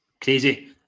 Crazy